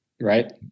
right